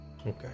Okay